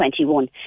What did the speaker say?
2021